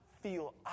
feel